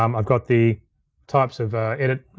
um i've got the types of edit,